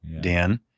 Dan